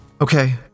Okay